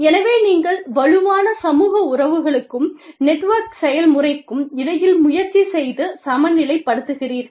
எனவே நீங்கள் வலுவான சமூக உறவுகளுக்கும் நெட்வொர்க் செயல்முறைக்கும் இடையில் முயற்சி செய்து சமநிலைப்படுத்துகிறீர்கள்